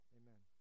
amen